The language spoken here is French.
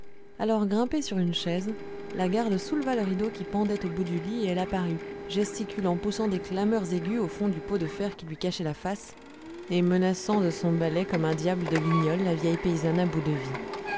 alors grimpée sur une chaise la garde souleva le rideau qui pendait au bout du lit et elle apparut gesticulant poussant des clameurs aiguës au fond du pot de fer qui lui cachait la face et menaçant de son balai comme un diable de guignol la vieille paysanne à bout de vie